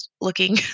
looking